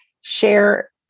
Share